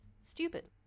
stupid